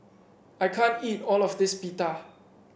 I can't eat all of this Pita